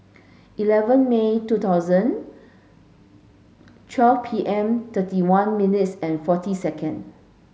eleven May two thousand twelve P M thirty one minutes and forty second